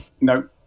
No